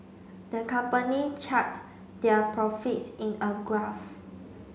the company chart their profits in a graph